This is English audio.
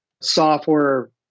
software